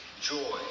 joy